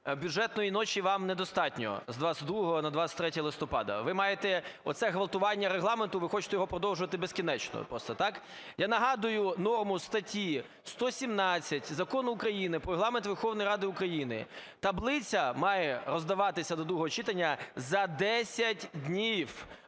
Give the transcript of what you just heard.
бюджетної ночі вам недостатньо з 22-го на 23 листопада. Ви маєте… оце ґвалтування Регламенту ви хочете його продовжувати безкінечно просто, так? Я нагадую норму статті 117 Закону України "Про Регламент Верховної Ради України": таблиця має роздаватися до другого читання за 10 днів,